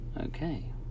okay